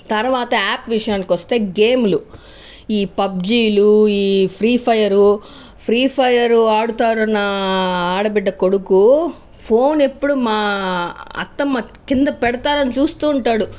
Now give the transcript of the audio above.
తరువాత యాప్ విషయానికి వస్తే గేమ్లు ఈ పబ్జీలు ఈ ఫ్రీ ఫైర్ ఫ్రీ ఫైర్ ఆడుతాడు నా ఆడబిడ్డ కొడుకు ఫోన్ ఎప్పుడు మా అత్తమ్మ కింద పెడతారని చూస్తూ ఉంటాడు